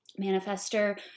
Manifester